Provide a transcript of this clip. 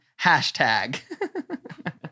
Hashtag